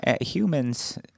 humans